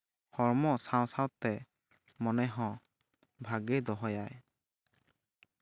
ᱦᱚᱲᱢᱚ ᱥᱟᱶᱼᱥᱟᱶᱛᱮ ᱢᱚᱱᱮ ᱦᱚᱸ ᱵᱷᱟᱹᱜᱤ ᱫᱚᱦᱚᱭᱟᱭ